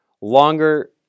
longer